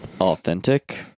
authentic